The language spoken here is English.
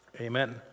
Amen